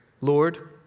Lord